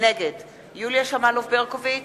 נגד יוליה שמאלוב-ברקוביץ,